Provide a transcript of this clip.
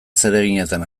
zereginetan